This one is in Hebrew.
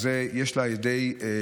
את זה יש לה את האפשרות לדעת על ידי 8787*,